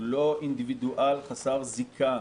הוא לא אינדיבידואל חסר זיקה.